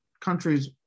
Countries